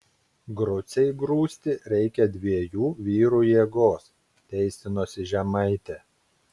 grucei grūsti reikia dviejų vyrų jėgos teisinosi žemaitė